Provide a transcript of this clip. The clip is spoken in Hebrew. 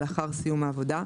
לאחר סיום העבודה,